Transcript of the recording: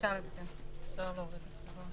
אפשר להוריד את זה.